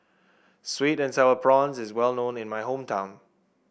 sweet and sour prawns is well known in my hometown